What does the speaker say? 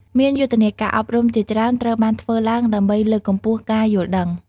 មានយុទ្ធនាការអប់រំជាច្រើនត្រូវបានធ្វើឡើងដើម្បីលើកកម្ពស់ការយល់ដឹង។